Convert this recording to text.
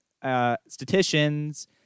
statisticians